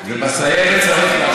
משתלמת.